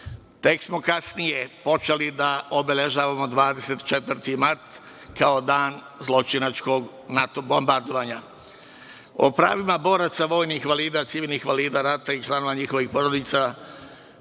Tek smo kasnije počeli da obeležavamo 24. mart kao dan zločinačkog NATO bombardovanja.O pravima boraca, vojnih invalida, civilnih invalida rata i članova njihovih porodica,